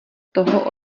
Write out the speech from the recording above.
toho